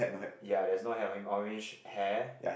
ya there's no hat on him orange hair